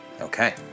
Okay